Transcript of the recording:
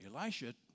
Elisha